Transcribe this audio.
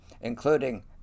including